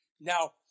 Now